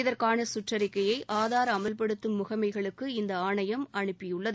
இதற்கான சுற்றறிக்கையை ஆதார் அமல்படுத்தும் முகனமகளுக்கு இந்த ஆணையம் அனுப்பியுள்ளது